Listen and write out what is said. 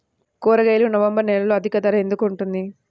కూరగాయలు నవంబర్ నెలలో అధిక ధర ఎందుకు ఉంటుంది?